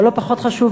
אבל לא פחות חשוב,